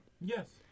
Yes